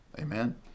Amen